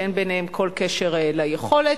שאין ביניהם כל קשר ליכולת,